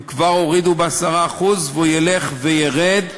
הם כבר הורידו ב-10%, והוא ילך וירד,